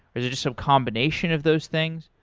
is it just some combination of those things?